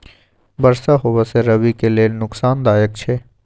बरसा होबा से रबी के लेल नुकसानदायक छैय?